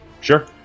Sure